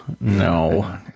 No